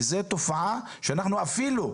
וזו תופעה שאנחנו אפילו,